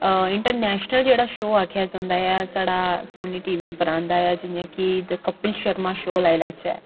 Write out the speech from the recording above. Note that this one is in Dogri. इंटरनेशनल जेह्ड़ा शो आखेआ जंदा ऐ साढ़ा सोनी टी वी पर आंदा ऐ जि'यां कि द कपिल शर्मा शो लाई लैचै